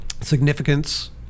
significance